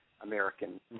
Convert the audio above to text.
American